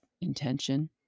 intention